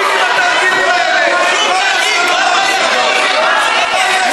אדוני היושב-ראש, מספיק עם התרגילים האלה.